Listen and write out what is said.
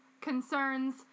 concerns